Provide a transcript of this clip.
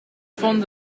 van